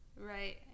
Right